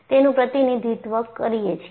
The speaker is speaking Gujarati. તેનું પ્રતિનિધિત્વ કરીએ છીએ